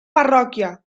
parròquia